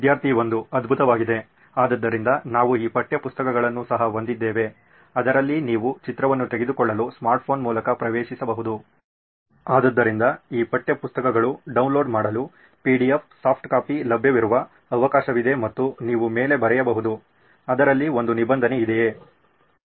ವಿದ್ಯಾರ್ಥಿ 1 ಅದ್ಭುತವಾಗಿದೆ ಆದ್ದರಿಂದ ನಾವು ಈ ಪಠ್ಯಪುಸ್ತಕಗಳನ್ನು ಸಹ ಹೊಂದಿದ್ದೇವೆ ಅದರಲ್ಲಿ ನೀವು ಚಿತ್ರವನ್ನು ತೆಗೆದುಕೊಳ್ಳಲು ಸ್ಮಾರ್ಟ್ ಫೋನ್ ಮೂಲಕ ಪ್ರವೇಶಿಸಬಹುದು ಆದ್ದರಿಂದ ಈ ಪಠ್ಯಪುಸ್ತಕಗಳು ಡೌನ್ಲೋಡ್ ಮಾಡಲು PDF ಸಾಫ್ಟ್ ಕಾಪಿ ಲಭ್ಯವಿರುವ ಅವಕಾಶವಿದೆ ಮತ್ತು ನೀವು ಮೇಲೆ ಬರೆಯಬಹುದು ಅದರಲ್ಲಿ ಒಂದು ನಿಬಂಧನೆ ಇದೀಯೇ